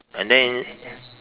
and then